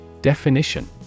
Definition